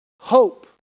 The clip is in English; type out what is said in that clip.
Hope